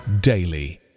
daily